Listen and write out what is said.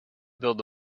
build